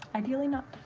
ideally, not.